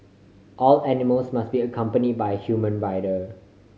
all animals must be accompany by human rider